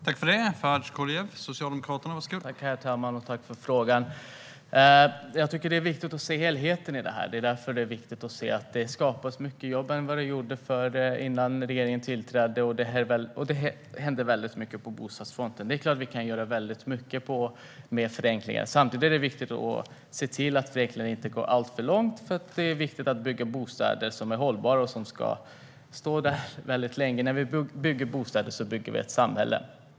Herr talman! Jag tackar för frågan. Jag tycker att det är viktigt att se helheten. Det skapas mycket fler jobb än vad som var fallet innan regeringen tillträdde, och det händer väldigt mycket på bostadsfronten. Det är klart att vi kan göra väldigt mycket i fråga om förenklingar. Samtidigt är det viktigt att se till att utvecklingen inte går alltför långt, för det är viktigt att bygga bostäder som är hållbara och som ska stå väldigt länge. När vi bygger bostäder bygger vi ett samhälle.